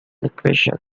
equations